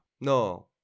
No